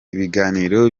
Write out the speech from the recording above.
ibiganiro